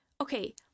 Okay